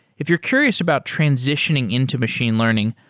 if you're curious about transitioning into machine learning,